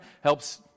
helps